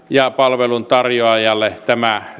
ja palvelun tarjoajalle tämä